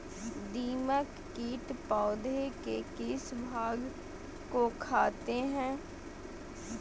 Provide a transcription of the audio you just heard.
दीमक किट पौधे के किस भाग को खाते हैं?